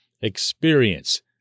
experience